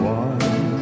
one